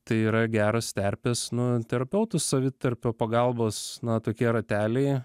tai yra geros terpės nu terapeutų savitarpio pagalbos na tokie rateliai